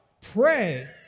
Pray